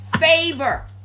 favor